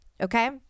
okay